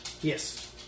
Yes